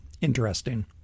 interesting